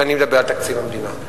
כשאני מדבר על תקציב המדינה.